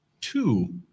two